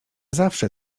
zawsze